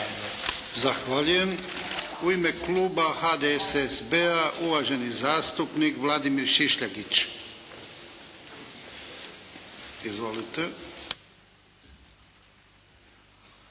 Zahvaljujem. U ime kluba HDSSB-a, uvaženi zastupnik Vladimir Šišljagić. Izvolite.